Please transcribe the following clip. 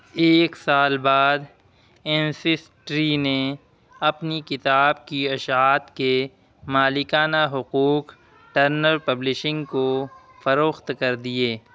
ایک سال بعد اینسیسٹری نے اپنی کتاب کی اشاعت کے مالکانہ حقوق ٹرنر پبلشنگ کو فروخت کر دیے